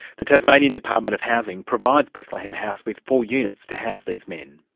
the tasmanian department of housing provides bethlehem house with four units to house these men.